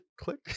Click